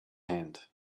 hand